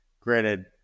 granted